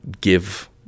give